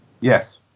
Yes